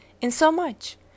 insomuch